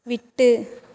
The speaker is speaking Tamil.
விட்டு